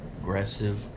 aggressive